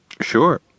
Sure